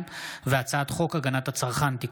הודעת ועדת הכלכלה בדבר רצונה להחיל דין רציפות על הצעות החוק